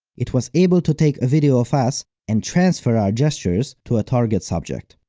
it was able to take a video of us and transfer our gestures to a target subject.